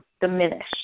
diminish